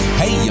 hey